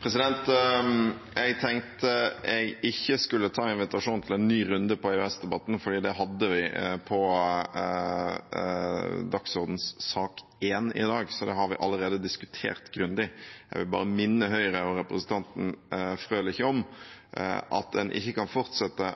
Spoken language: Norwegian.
Jeg tenkte jeg ikke skulle ta imot invitasjonen til en ny runde på EØS-debatten nå, for det hadde vi på dagsordenens sak nr. 1 i dag, så det har vi allerede diskutert grundig. Jeg vil bare minne Høyre og representanten Frølich om at en ikke kan fortsette